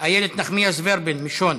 מיש הון,